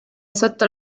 sotto